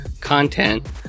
content